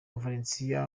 valencia